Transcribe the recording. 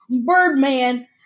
Birdman